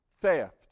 theft